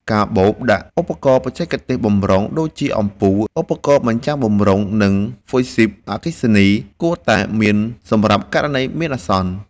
កាបូបដាក់ឧបករណ៍បច្ចេកទេសបម្រុង ដូចជាអំពូល ឧបករណ៍បញ្ចាំងបម្រុង និងហ្វុយស៊ីបអគ្គិសនី គួរតែមានសម្រាប់ករណីមានអាសន្ន។